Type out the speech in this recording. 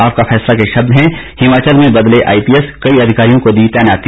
आपका फैसला के शब्द हैं हिमाचल में बदले आईपीएस कई अधिकारियों को दी तैनाती